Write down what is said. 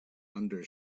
under